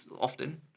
often